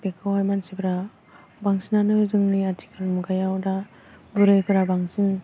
बेखौहाय मानसिफ्रा बांसिनानो जोंनि आथिखाल मुगायाव दा बुरैफोरा बांसिन